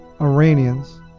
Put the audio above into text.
Iranians